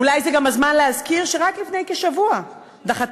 אולי זה גם הזמן להזכיר שרק לפני כשבוע דחתה